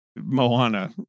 Moana